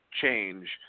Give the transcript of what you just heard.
change